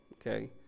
okay